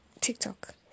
TikTok